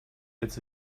jetzt